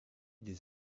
des